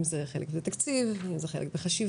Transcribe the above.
אם זה חלק בתקציב, אם זה חלק בחשיבה.